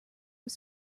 was